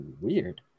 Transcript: weird